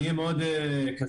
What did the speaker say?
אני אהיה מאוד קצר.